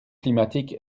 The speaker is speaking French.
climatique